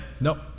nope